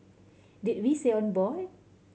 did we say on board